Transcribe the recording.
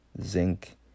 Zinc